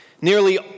Nearly